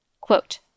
Quote